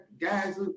guys